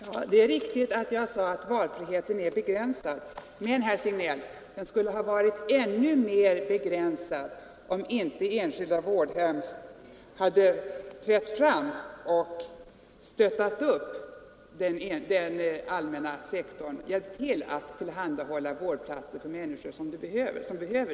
Herr talman! Det är riktigt att jag sade att valfriheten är begränsad, men den skulle ha varit ännu mer begränsad om inte enskilda vårdhem hade stöttat upp den allmänna sektorn och hjälpt till att tillhandahålla vårdplatser för människor som behövt dem.